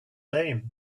lame